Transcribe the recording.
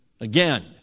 again